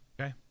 okay